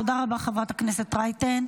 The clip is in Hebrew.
תודה רבה, חברת הכנסת רייטן.